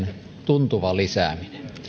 tuntuva lisääminen